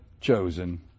chosen